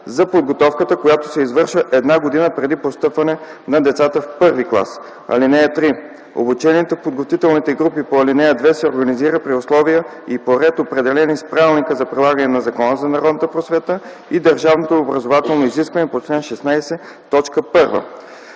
за подготовката, която се извършва една година преди постъпването на децата в първи клас. (3) Обучението в подготвителните групи по ал. 2 се организира при условия и по ред, определени с Правилника за прилагане на Закона за народната просвета и държавното образователно изискване по чл. 16,